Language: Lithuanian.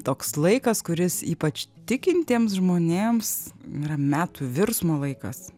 toks laikas kuris ypač tikintiems žmonėms yra metų virsmo laikas